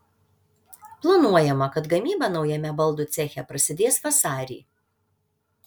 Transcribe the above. planuojama kad gamyba naujame baldų ceche prasidės vasarį